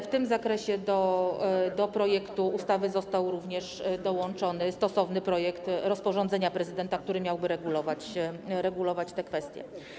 W tym zakresie do projektu ustawy został również dołączony stosowny projekt rozporządzenia prezydenta, który miałby regulować te kwestie.